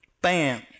Bam